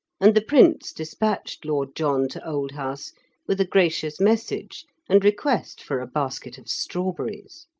and the prince despatched lord john to old house with a gracious message and request for a basket of strawberries.